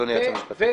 אדוני היועץ המשפטי.